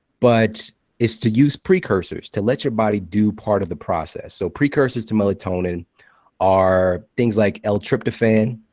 but it's to use precursors. to let your body do part of the process. so precursors to melatonin are things like l-tryptophan.